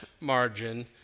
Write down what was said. margin